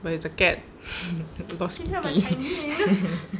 but is a cat a lost kitty